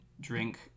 drink